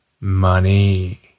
money